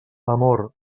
amor